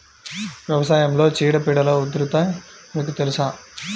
వ్యవసాయంలో చీడపీడల ఉధృతి మీకు తెలుసా?